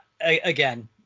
again